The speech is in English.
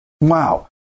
wow